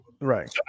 Right